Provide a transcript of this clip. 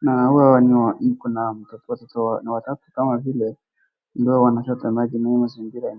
Na huwa ni wa iko na ni watatu kama vile ambaye wanachota na hiyo mazingira.